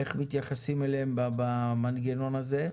איך מתייחסים אליהם במנגנון הזה?